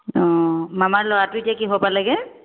অঁ মামাৰ ল'ৰাটো এতিয়া কিহৰ পালোগৈ